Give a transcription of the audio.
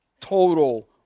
total